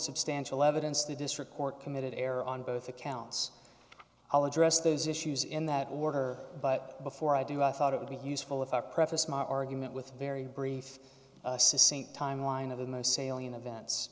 substantial evidence the district court committed error on both accounts i'll address those issues in that order but before i do i thought it would be useful if i preface my argument with a very brief timeline of the most salient events